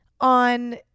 on